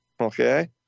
Okay